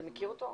שלום לכולם.